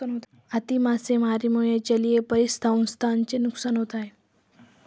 अति मासेमारीमुळे जलीय परिसंस्थेचे नुकसान होते